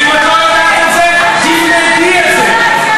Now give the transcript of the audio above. ואם את לא יודעת את זה, תלמדי את זה.